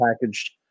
packaged